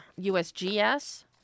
USGS